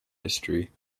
history